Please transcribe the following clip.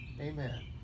amen